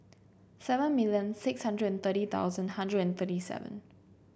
seven million six hundred and thirty thousand hundred and thirty seven